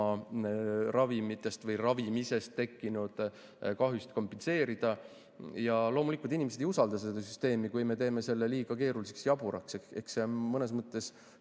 ravimitest või ravimisest tekkinud kahjusid kompenseerida. Ja loomulikult inimesed ei usalda seda süsteemi, kui me teeme selle liiga keeruliseks ja jaburaks. Eks see on mõnes mõttes